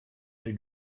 they